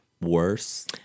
worse